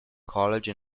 college